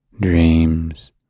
dreams